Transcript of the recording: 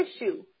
issue